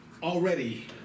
Already